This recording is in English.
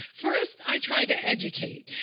first, i try to educate.